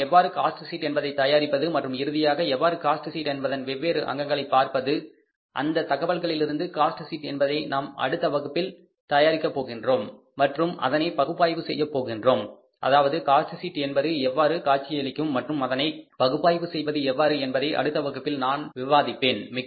ஆனால் எவ்வாறு cost sheet என்பதை தயாரிப்பது மற்றும் இறுதியாக எவ்வாறு காஸ்ட் ஷீட் என்பதன் வெவ்வேறு அங்கங்களை பார்ப்பது இந்த தகவல்களிலிருந்து காஸ்ட் ஷீட் என்பதை நாம் அடுத்த வகுப்பில் தயாரிக்க போகின்றோம் மற்றும் அதனை பகுப்பாய்வு செய்யப் போகின்றோம் அதாவது காஸ்ட் ஷீட் என்பது எவ்வாறு காட்சியளிக்கும் மற்றும் அதனை பகுப்பாய்வு செய்வது எவ்வாறு என்பதை அடுத்த வகுப்பில் நாம் விவாதிப்போம்